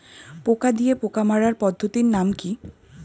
পোকা দিয়ে পোকা মারার পদ্ধতির নাম কি?